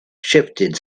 shifted